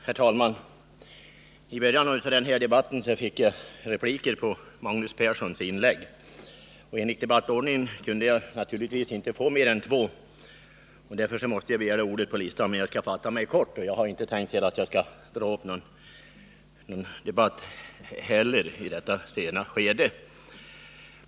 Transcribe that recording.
Herr talman! I början av denna debatt fick jag framföra repliker på Magnus Perssons inlägg. Enligt debattordningen kunde jag naturligtvis inte få göra mer än två repliker. Därför måste jag anteckna mig på talarlistan, men jag skall fatta mig kort, och jag har inte heller tänkt dra upp någon upprivande debatt i detta sena skede.